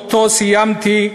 שאותו סיימתי,